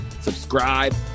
Subscribe